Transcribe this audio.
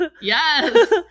Yes